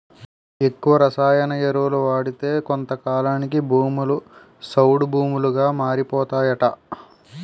ఎక్కువ రసాయన ఎరువులను వాడితే కొంతకాలానికి భూములు సౌడు భూములుగా మారిపోతాయట